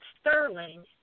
Sterling